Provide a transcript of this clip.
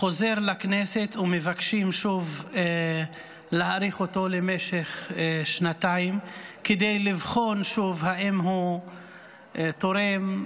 חוזר לכנסת ומבקשים להאריך אותו למשך שנתיים כדי לבחון שוב אם הוא תורם,